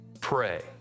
pray